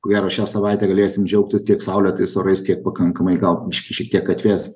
ko gero šią savaitę galėsim džiaugtis tiek saulėtais orais tiek pakankamai gal biškį šiek tiek atvės